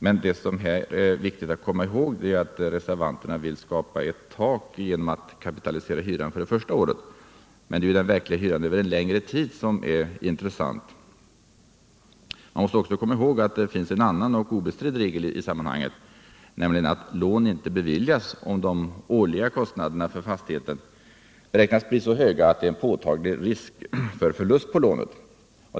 Men det som här är viktigt att komma ihåg är att reservanterna vill skapa ett tak genom att kapitalisera hyran för det första året — det är däremot den verkliga hyran över en längre tid som är intressant. Man måste också komma ihåg att det finns en annan och obestridd reget i sammanhanget, nämligen att lån inte beviljas om de årliga kostnaderna för fastigheten beräknas bli så höga att det är en påtaglig risk för förlust på lånet.